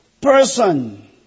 person